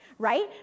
Right